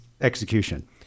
execution